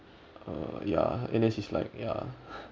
uh ya and then she's like ya